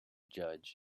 judge